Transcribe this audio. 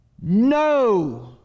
No